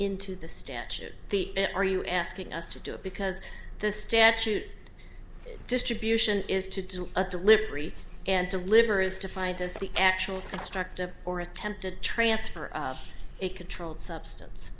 into the statute are you asking us to do it because the statute distribution is to do a delivery and deliver is defined as the actual construct of or attempted transfer a controlled substance